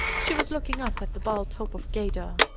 she was looking up at the bald top of gedor.